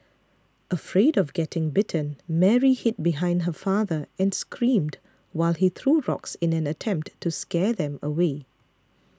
afraid of getting bitten Mary hid behind her father and screamed while he threw rocks in an attempt to scare them away